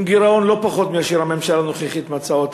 עם גירעון לא פחות מאשר הממשלה הנוכחית מצאה,